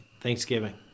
Thanksgiving